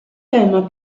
tema